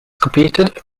competed